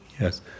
Yes